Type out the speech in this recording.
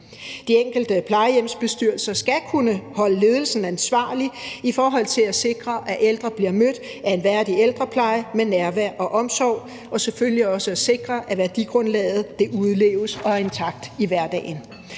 De enkelte plejehjemsbestyrelser skal kunne holde ledelsen ansvarlig i forhold til at sikre, at ældre bliver mødt af en værdig ældrepleje med nærvær og omsorg, og selvfølgelig også i forhold til at sikre, at værdigrundlaget udleves og er intakt i hverdagen,